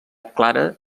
clara